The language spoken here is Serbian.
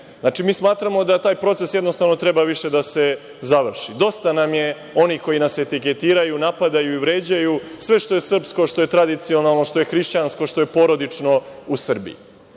ne. Mi smatramo da taj proces jednostavno treba da se završi. Dosta nam je onih koji nas etiketiraju, napadaju, vređaju sve što je srpsko, što je tradicionalno, što je hrišćansko, što je porodično u Srbiji. Veoma